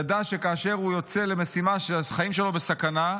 ידע שכאשר הוא יוצא למשימה שבה החיים שלו בסכנה,